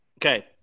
okay